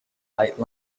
light